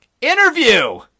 Interview